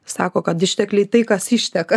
sako kad ištekliai tai kas išteka